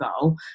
goal